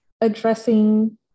addressing